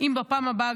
בפעם הבאה,